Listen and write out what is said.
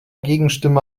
gegenstimme